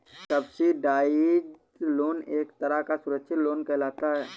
subsidised loan एक तरह का सुरक्षित लोन कहलाता है